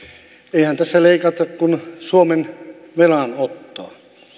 eihän tässä leikata kuin suomen velanottoa